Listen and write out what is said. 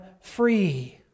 free